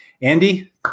Andy